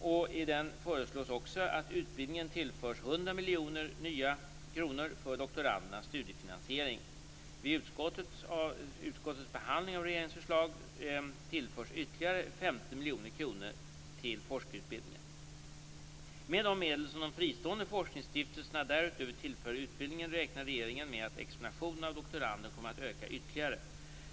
I den föreslås också att utbildningen tillförs 100 miljoner nya kronor för doktorandernas studiefinansiering. Utskottsbehandlingen av regeringens förslag innebär dessutom att ytterligare Med de medel som de fristående forskningsstiftelserna därutöver tillför utbildningen räknar regeringen med att examinationen av doktorander kommer att öka ytterligare.